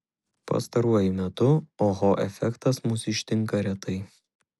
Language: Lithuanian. pastaruoju metu oho efektas mus ištinka retai